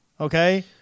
Okay